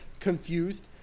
confused